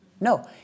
No